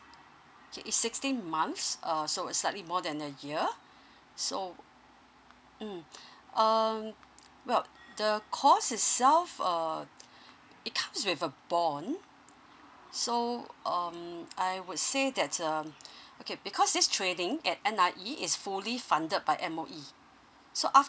okay it's sixteen months err so it's slightly more than a year so mm um well the course itself uh it comes with a bond so um I would say that's um okay because this training at n i e fully funded by M_O_E so